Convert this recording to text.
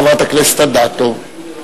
חברת הכנסת אדטו.